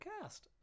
cast